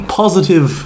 positive